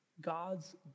God's